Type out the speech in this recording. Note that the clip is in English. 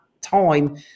time